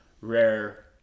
rare